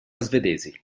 svedesi